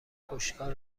پشتکار